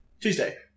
Tuesday